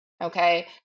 Okay